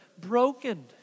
broken